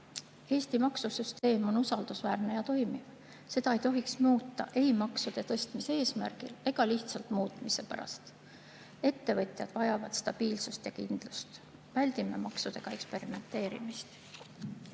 Eesti maksusüsteem on usaldusväärne ja toimiv, seda ei tohiks muuta ei maksude tõstmise eesmärgil ega lihtsalt muutmise pärast. Ettevõtjad vajavad stabiilsust ja kindlust. Väldime maksudega eksperimenteerimist!